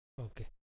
Okay